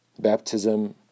Baptism